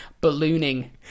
ballooning